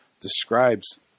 describes